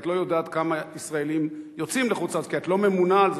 את לא יודעת כמה ישראלים יוצאים לחוץ-לארץ כי את לא ממונה על זה,